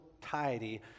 tidy